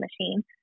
machine